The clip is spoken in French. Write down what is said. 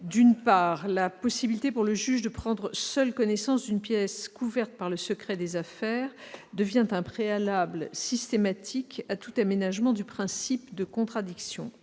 D'une part, la possibilité pour le juge de prendre seul connaissance d'une pièce couverte par le secret des affaires devient un préalable systématique à tout aménagement du principe de contradiction.